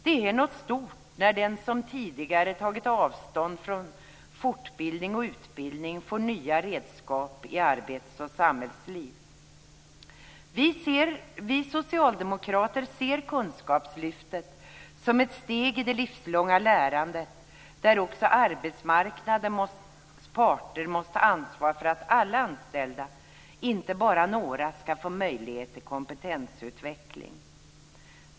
Det är något stort när den som tidigare tagit avstånd från fortbildning och utbildning får nya redskap i arbets och samhällsliv. Vi socialdemokrater ser Kunskapslyftet som ett steg i det livslånga lärande där också arbetsmarknadens parter måste ta ansvar för att alla anställda - inte bara några - ska få möjlighet till kompetensutveckling.